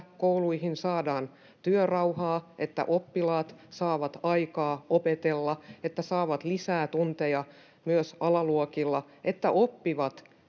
että kouluihin saadaan työrauhaa, että oppilaat saavat aikaa opetella, että saavat lisää tunteja myös alaluokilla, että osaavat